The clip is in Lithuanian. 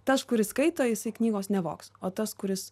tas kuris skaito jisai knygos nevogs o tas kuris